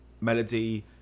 melody